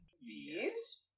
Bees